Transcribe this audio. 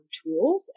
tools